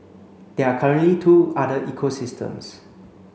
there are currently two other ecosystems